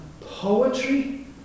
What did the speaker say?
poetry